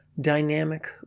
dynamic